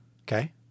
Okay